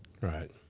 Right